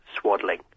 Swaddling